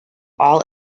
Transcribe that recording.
all